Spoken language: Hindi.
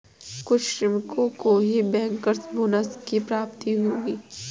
कुछ श्रमिकों को ही बैंकर्स बोनस की प्राप्ति होगी